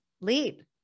lead